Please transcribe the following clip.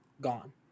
Gone